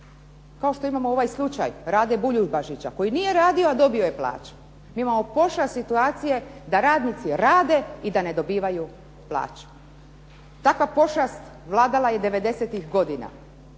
Kao što imamo ovaj slučaj Rade Buljubašića koji nije radio, a dobio je plaću. Imamo pošast situacije da radnici rade i da ne dobivaju plaću. Takva pošast vladala je '90-ih godina.